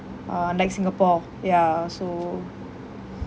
uh like singapore ya so